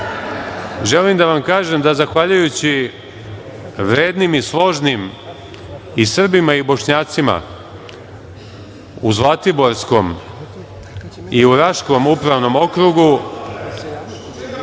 želim da vam kažem da zahvaljujući vrednim i složnim i Srbima i Bošnjacima u Zlatiborskom i u Raškom upravnom okrugu,